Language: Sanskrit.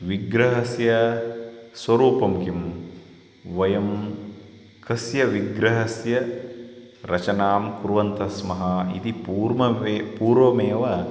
विग्रहस्य स्वरूपं किं वयं कस्य विग्रहस्य रचनां कुर्वन्त स्मः इति पूर्मवे पूर्वमेव